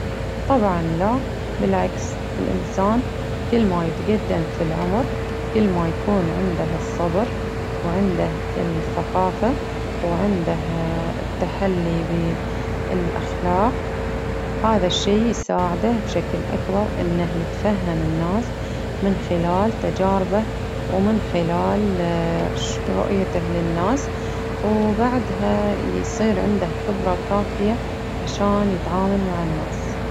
طبعا لا بالعكس الإنسان كل ما يتقدم في العمر، كل ما يكون عنده الصبر، وعنده الثقافة، وعنده التحلي بالأخلاق، هذا الشي يساعده بشكل أكبر إنه يتفهم الناس من خلال تجاربه، ومن خلال رؤيته للناس، وبعدها يصير عنده خبرة كافية، عشان يتعامل مع الناس.